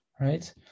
right